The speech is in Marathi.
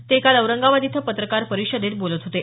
ते काल औरंगाबाद इथं पत्रकार परिषदेत बोलत होते